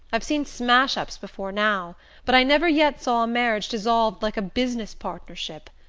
i've seen smash-ups before now but i never yet saw a marriage dissolved like a business partnership.